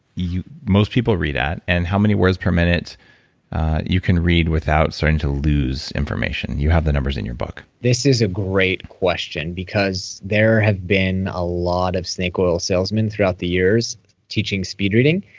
most people read at and how many words per minute you can read without starting to lose information. you have the numbers in your book this is a great question because there have been a lot of snake oil salesman throughout the years teaching speed reading.